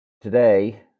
Today